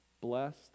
Blessed